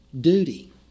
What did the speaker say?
duty